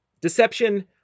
deception